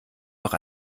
noch